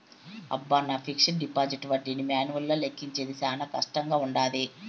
అబ్బ, నా fixed deposit ఒడ్డీని మాన్యువల్గా లెక్కించేది శానా కష్టంగా వుండాది